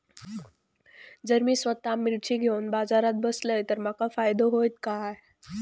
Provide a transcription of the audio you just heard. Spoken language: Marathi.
जर मी स्वतः मिर्ची घेवून बाजारात बसलय तर माका फायदो होयत काय?